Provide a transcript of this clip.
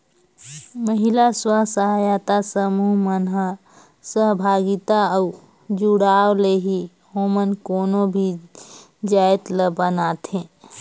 महिला स्व सहायता समूह मन ह सहभागिता अउ जुड़ाव ले ही ओमन कोनो भी जाएत ल बनाथे